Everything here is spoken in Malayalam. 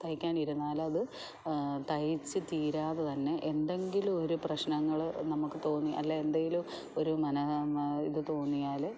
തയ്ക്കാനിരുന്നാലത് തയ്ച്ച് തീരാതെ തന്നെ എന്തെങ്കിലുമൊരു പ്രശ്നങ്ങൾ നമുക്ക് തോന്നി അല്ലേൽ എന്തേലും ഒരു മനാ ഇത് തോന്നിയാൽ